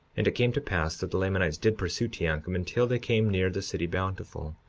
and it came to pass that the lamanites did pursue teancum until they came near the city bountiful,